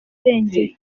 irengero